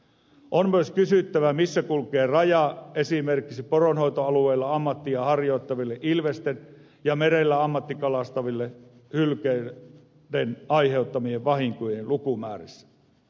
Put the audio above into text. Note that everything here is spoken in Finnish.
on myös kysyttävä missä kulkee raja esimerkiksi poronhoitoalueilla ammattia harjoittaville ilvesten ja merellä ammattikalastaville hylkeiden aiheuttamien vahinkojen lukumäärissä